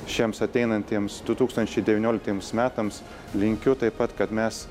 šiems ateinantiems du tūkstančiai devynioliktiems metams linkiu taip pat kad mes